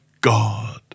God